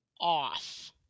off